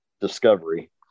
Discovery